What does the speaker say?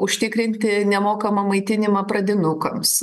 užtikrinti nemokamą maitinimą pradinukams